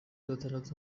batandatu